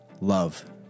love